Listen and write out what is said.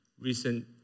Recent